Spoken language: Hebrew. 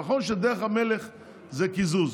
נכון שדרך המלך זה קיזוז,